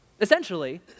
essentially